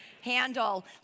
handle